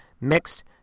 mixed